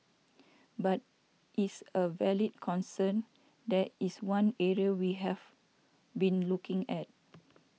but is a valid concern that is one area we have been looking at